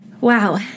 Wow